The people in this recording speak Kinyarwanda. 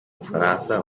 bufaransa